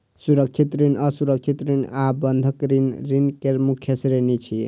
सुरक्षित ऋण, असुरक्षित ऋण आ बंधक ऋण ऋण केर मुख्य श्रेणी छियै